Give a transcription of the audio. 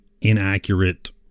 inaccurate